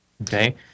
Okay